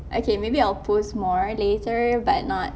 okay maybe I'll post more later but not